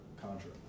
Contra